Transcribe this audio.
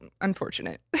Unfortunate